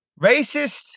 racist